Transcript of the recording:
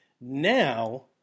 Now